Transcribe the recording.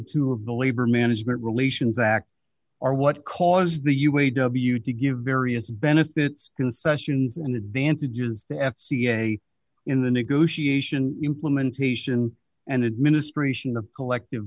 two of the labor management relations act are what caused the u a w to give various benefits concessions and advantages to f c a in the negotiation implementation and administration of collective